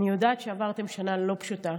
אני יודעת שעברתם שנה לא פשוטה,